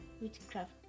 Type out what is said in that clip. witchcraft